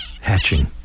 hatching